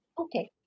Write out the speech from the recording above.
Okay